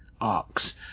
arcs